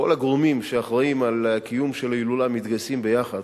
כל הגורמים שאחראים על קיום ההילולה מתגייסים ביחד,